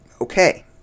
Okay